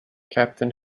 captain